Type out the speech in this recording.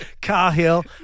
Cahill